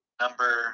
number